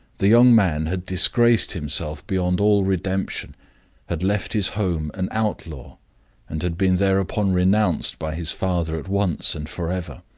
the young man had disgraced himself beyond all redemption had left his home an outlaw and had been thereupon renounced by his father at once and forever.